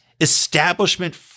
establishment